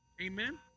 Amen